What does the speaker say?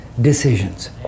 decisions